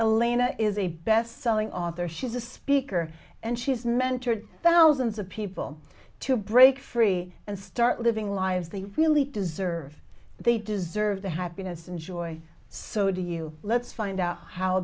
alaina is a bestselling author she's a speaker and she's mentored thousands of people to break free and start living lives they really deserve they deserve the happiness and joy so do you let's find out how